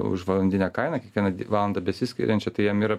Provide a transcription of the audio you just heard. už valandinę kainą kiekvieną valandą besiskiriančią tai jam ir